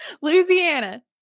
Louisiana